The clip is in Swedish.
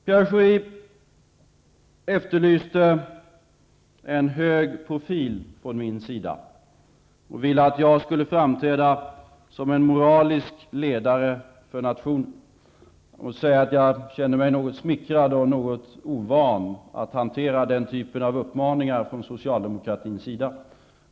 Pierre Schori efterlyste en hög profil från min sida. Han vill att jag skall framträda som en moralisk ledare för nationen. Jag måste säga att jag känner mig något smickrad och något ovan att hantera den typen av uppmaningar från socialdemokratins sida.